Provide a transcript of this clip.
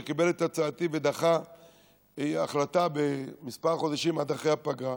שקיבל את הצעתי ודחה החלטה בכמה חודשים עד אחרי הפגרה,